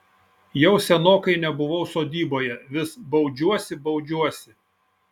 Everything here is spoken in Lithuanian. jau senokai nebuvau sodyboje vis baudžiuosi baudžiuosi